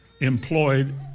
employed